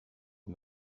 les